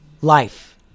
life